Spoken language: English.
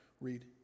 read